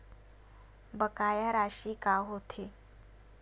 बकाया राशि का होथे?